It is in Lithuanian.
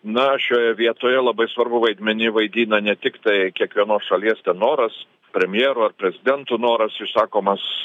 na šioje vietoje labai svarbų vaidmenį vaidina ne tiktai kiekvienos šalies noras premjerų ar prezidentų noras išsakomas